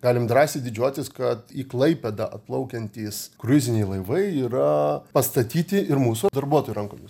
galim drąsiai didžiuotis kad į klaipėdą atplaukiantys kruiziniai laivai yra pastatyti ir mūsų darbuotojų rankomis